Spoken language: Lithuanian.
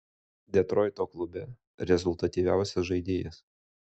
detroito klube rezultatyviausias žaidėjas